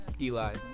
Eli